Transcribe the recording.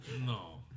No